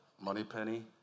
Moneypenny